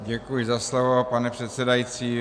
Děkuji za slovo, pane předsedající.